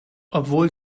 obwohl